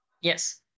Yes